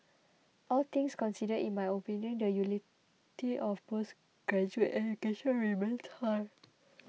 all things considered in my opinion the utility of postgraduate education remains thigh